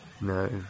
No